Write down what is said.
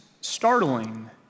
startling